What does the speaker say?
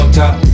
top